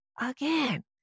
again